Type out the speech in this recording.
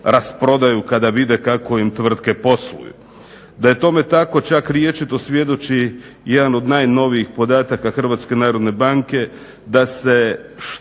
rasprodaju kada vide kako im tvrtke posluju. Da je tome tako čak rječito svjedoči jedan od najnovijih podataka Hrvatske narodne banke da se